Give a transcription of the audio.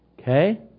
Okay